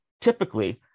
typically